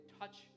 touch